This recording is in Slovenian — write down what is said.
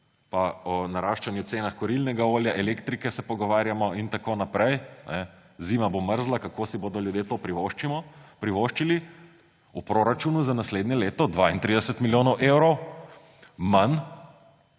pa o naraščanju cen kurilnega olja, elektrike se pogovarjamo in tako naprej. Zima bo mrzla, kako si bodo ljudje to privoščili? V proračunu za naslednje leto 32 milijonov evrov manj